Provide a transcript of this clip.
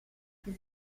che